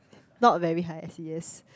not very high S_E_S